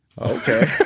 Okay